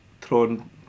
thrown